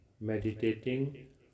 Meditating